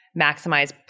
maximize